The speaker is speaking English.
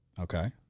Okay